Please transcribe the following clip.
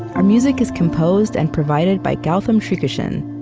our music is composed and provided by gautam srikishan.